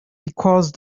because